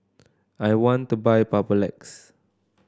I want to buy Papulex